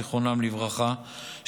זיכרונם לברכה,